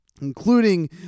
including